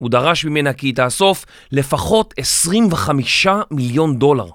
הוא דרש ממנה כי היא תאסוף לפחות 25 מיליון דולר